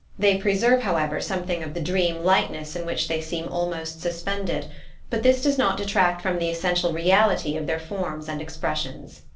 they preserve, however, something of the dream lightness in which they seem almost suspended but this does not detract from the essential reality of their forms and ex pressions.